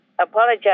apologize